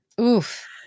Oof